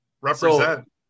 Represent